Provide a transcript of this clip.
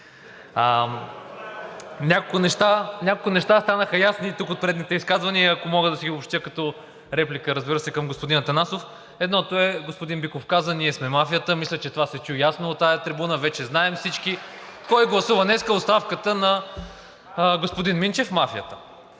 Няколко неща станаха ясни тук от предните изказвания и ако мога да ги обобщя, като реплика, разбира се, към господин Атанасов. Едното е, господин Биков каза: ние сме мафията. Мисля, че това се чу ясно от тази трибуна, вече знаем всички кой гласува днес оставката на господин Минчев – мафията.